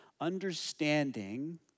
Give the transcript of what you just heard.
understanding